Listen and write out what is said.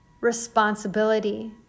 responsibility